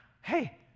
hey